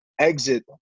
exit